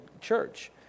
church